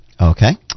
Okay